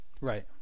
right